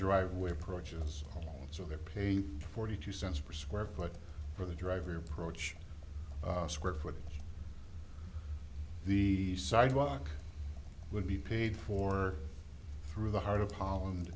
driveway approaches so they're paid forty two cents per square foot for the driver approach square foot the sidewalk would be paid for through the heart of holl